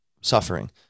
Suffering